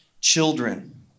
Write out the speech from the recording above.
children